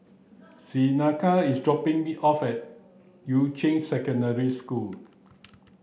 Seneca is dropping me off at Yuan Ching Secondary School